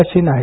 machine आहे